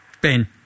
Ben